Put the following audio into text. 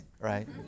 right